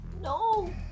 No